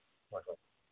ꯍꯣꯏ ꯍꯣꯏ